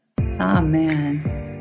amen